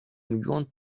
milyon